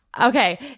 Okay